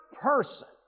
person